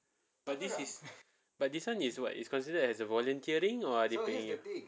but this is but this [one] is what is considered as a volunteering or are they paying you